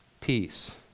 peace